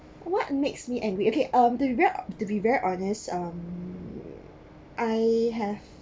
what makes me angry okay um to ve~ to be very honest um I have